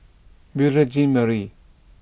Beurel Jean Marie